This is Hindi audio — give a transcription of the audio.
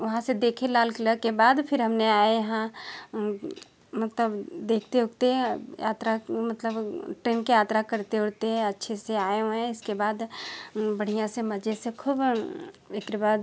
वहाँ से देखें लाल किला के बाद फिर हमने आए यहाँ मतलब देखते उखते यात्रा मतलब टेन की यात्रा करते उरते हैं अच्छे से आए हुए हैं इसके बाद बढ़िया से मजे से खूब औ इत्रे बाद